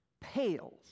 pales